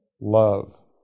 love